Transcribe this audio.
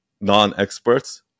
non-experts